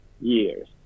years